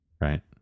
right